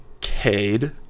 Cade